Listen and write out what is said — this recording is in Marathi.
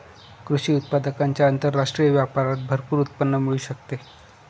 कृषी उत्पादकांच्या आंतरराष्ट्रीय व्यापारात भरपूर उत्पन्न मिळू शकते